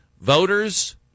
voters